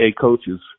coaches